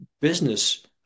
business